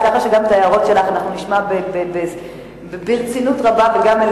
וגם את ההערות שלך נשמע ברצינות רבה.